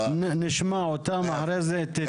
נשמע אותם אחרי זה.